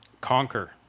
conquer